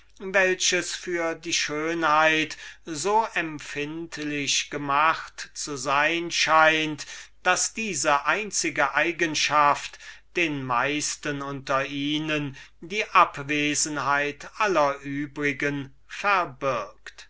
welches die natur für die schönheit so empfindlich gemacht zu haben scheint daß diese einzige eigenschaft den meisten unter ihnen die abwesenheit aller übrigen verbirgt